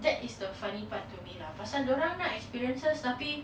that is the funny part to me lah pasal dorang nak experiences tapi